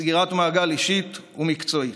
וסגירת מעגל אישית ומקצועית.